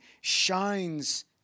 shines